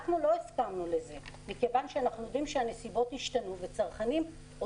אנחנו לא הסכמנו לזה כי אנחנו חושבים שהנסיבות השתנו וצרכנים או